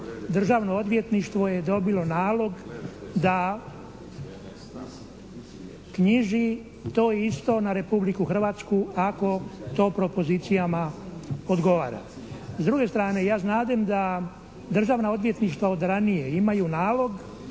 Državno odvjetništvo je dobilo nalog da knjiži to isto na Republiku Hrvatsku ako to propozicijama odgovara. S druge strane ja znadem da državna odvjetništva od ranije imaju nalog